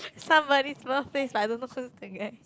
somebody's birthday I don't know who's the guy